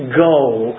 goal